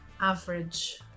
average